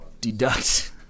deduct